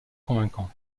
convaincant